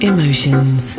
Emotions